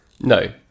No